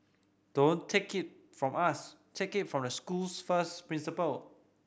don't take it from us take it from the school's first principal